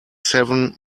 seven